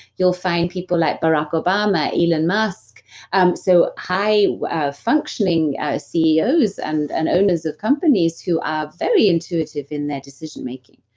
you'll find people like barrack obama elon musk um so high functioning ceos and and owners of companies who are very intuitive in their decision-making.